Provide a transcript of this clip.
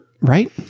Right